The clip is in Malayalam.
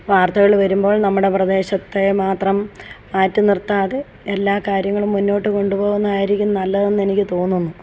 വാർത്തകൾ വരുമ്പോൾ നമ്മുടെ പ്രദേശത്തെ മാത്രം മാറ്റി നിർത്താതെ എല്ലാ കാര്യങ്ങളും മുന്നോട്ടു കൊണ്ടു പോകുന്നതായിരിക്കും നല്ലതെന്ന് എനിക്ക് തോന്നുന്നു